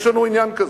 יש לנו עניין כזה.